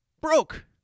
broke